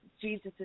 Jesus